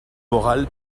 morale